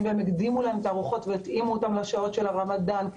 והם הקדימו את הארוחות והתאימו לשעות של הרמדאן,